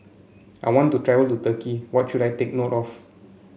I want to travel to Turkey what should I take note of